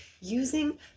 using